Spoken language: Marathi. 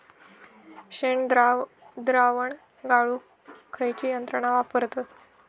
शेणद्रावण गाळूक खयची यंत्रणा वापरतत?